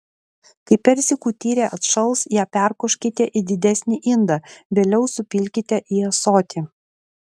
kai persikų tyrė atšals ją perkoškite į didesnį indą vėliau supilkite į ąsotį